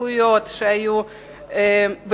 זכויות שהיו בבעלותם,